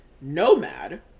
Nomad